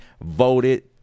voted